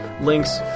links